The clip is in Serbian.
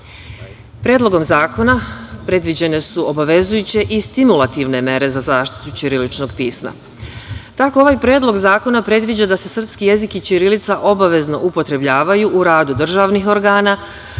značaj. Predlogom zakona predviđene su obavezujuće i stimulativne mere za zaštitu ćiriličnog pisma. Tako ovaj Predlog zakona predviđa da se srpski jezik i ćirilica obavezno upotrebljavaju u radu državnih organa,